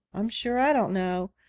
i'm sure i don't know.